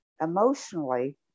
emotionally